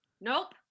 Nope